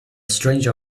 stranger